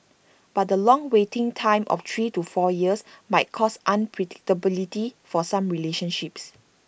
but the long waiting time of three to four years might cause unpredictability for some relationships